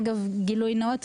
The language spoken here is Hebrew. אגב גילוי נאות,